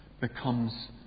becomes